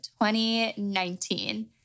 2019